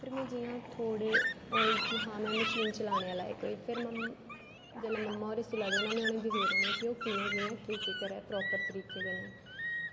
फिर में जिया थोडे होई कि हां में मशीन चलाने लाइक होई फिर ममा जिसले ममा होरे सिला दे होना में उसले उंहेगी दिक्खदे रौंहना कि ओह् कियां कियां केह् केह् करा दे प्रापर तरिके कन्ने